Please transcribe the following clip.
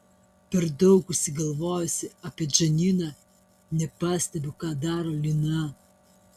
per daug užsigalvojusi apie džaniną nepastebiu ką daro lina